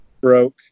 broke